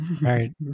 Right